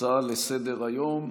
הצעה לסדר-היום